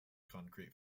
concrete